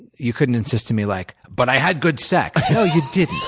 you couldn't insist to me, like, but i had good sex. no, you didn't.